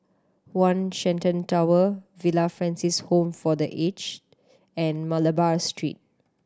One Shenton Tower Villa Francis Home for The Aged and Malabar Street